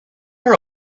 her